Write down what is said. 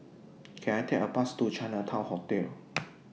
Can I Take A Bus to Chinatown Hotel